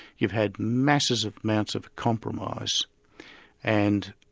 you've had masses of amounts of compromise and,